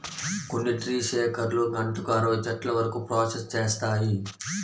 కొన్ని ట్రీ షేకర్లు గంటకు అరవై చెట్ల వరకు ప్రాసెస్ చేస్తాయి